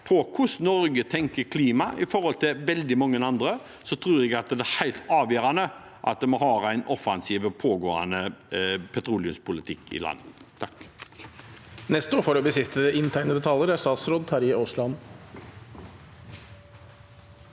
hvordan Norge tenker rundt klima i forhold til veldig mange andre, tror jeg det er helt avgjørende at vi har en offensiv og pågående petroleumspolitikk i landet.